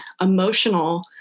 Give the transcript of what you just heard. emotional